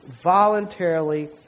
voluntarily